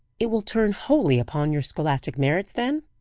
it will turn wholly upon your scholastic merits then?